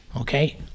okay